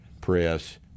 press